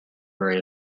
very